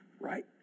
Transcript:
right